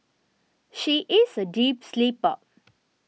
she is a deep sleeper